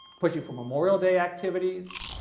pushing for memorial day activities,